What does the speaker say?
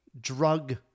drug